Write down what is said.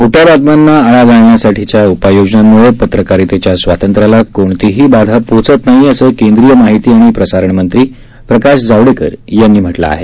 खोट्या बातम्यांना आळा घालण्यासाठीच्या उपाययोजनांमुळे पत्रकारितेच्या स्वातंत्र्याला कोणतीही बाधा पोचत नाही असं केंद्रीय माहिती आणि प्रसारणमंत्री प्रकाश जावडेकर यांनी म्हटलं आहे